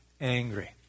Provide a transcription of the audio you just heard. angry